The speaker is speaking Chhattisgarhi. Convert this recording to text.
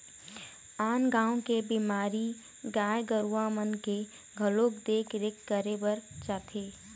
आन गाँव के बीमार गाय गरुवा मन के घलोक देख रेख करे बर जाथे